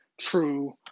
true